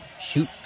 shoot